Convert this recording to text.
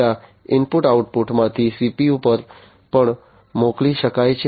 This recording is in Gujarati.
ડેટા ઇનપુટ આઉટપુટ માંથી CPU પર પણ મોકલી શકાય છે